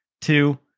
Two